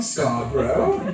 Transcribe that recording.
Scarborough